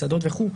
מסעדות וכולי,